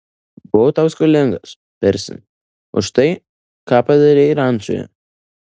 buvau tau skolingas persi už tai ką padarei rančoje